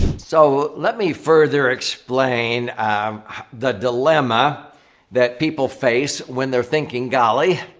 so, let me further explain the dilemma that people face when they're thinking, golly,